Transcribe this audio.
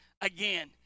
Again